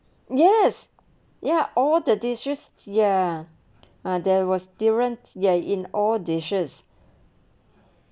yes ya all the dishes ya ah there was durian ya in all dishes